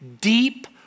deep